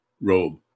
robe